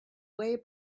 way